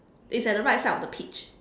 it's at the right side of the peach